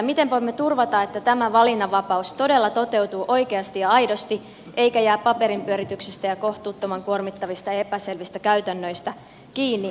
miten voimme turvata että tämä valinnanvapaus todella toteutuu oikeasti ja aidosti eikä jää paperinpyörityksistä ja kohtuuttoman kuormittavista epäselvistä käytännöistä kiinni